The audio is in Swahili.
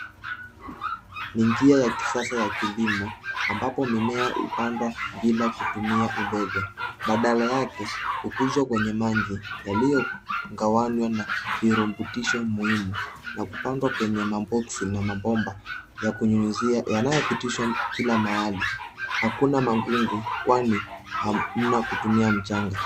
Ni njia ya kisasa ya kilimo, ambapo mimea hupandwa bila kutumia udongo. Badala yake, hukuzwa kwenye maji, yaliyogawanywa na virutubisho muhimu, na kupandwa kwenye maboksi na mabomba, ya kunyunyuzia yanayopitishwa kila mahali. Hakuna magugu kwani, hamna kutumia mchanga.